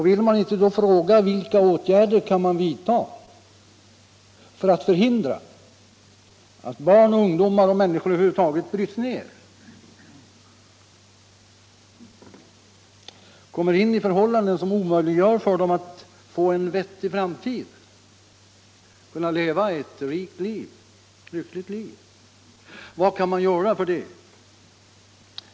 Vill man då inte fråga: Vilka åtgärder kan man vidta för att förhindra att barn och ungdomar och människor över huvud taget bryts ned, kommer in i förhållanden som omöjliggör för dem att få en vettig framtid, att kunna leva ett rikt och lyckligt liv? Vad kan man göra för detta?